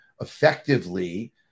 effectively